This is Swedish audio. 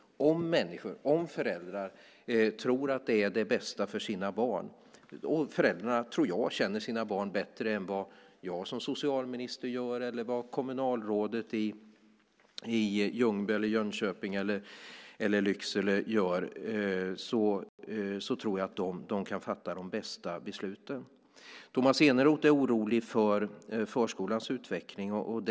Om människor, föräldrar, tror att det är det bästa för deras barn - och jag tror att föräldrarna känner sina barn bättre än jag som socialminister gör eller kommunalrådet i Ljungby, Jönköping eller Lycksele gör - kan de också fatta de bästa besluten. Tomas Eneroth är orolig för förskolans utveckling.